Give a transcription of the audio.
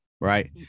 right